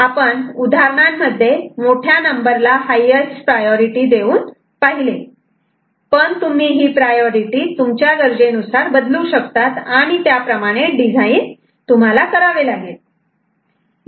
आपण उदाहरणांमध्ये मोठ्या नंबरला हायेस्ट प्रायोरिटी देऊन पाहिले पण तुम्ही ही प्रायोरिटी तुमच्या गरजे नुसार बदलू शकतात आणि त्याप्रमाणे डिझाईन करावे लागेल